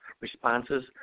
responses